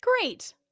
Great